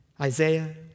Isaiah